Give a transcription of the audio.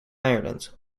ireland